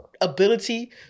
ability